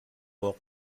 واق